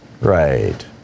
Right